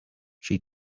she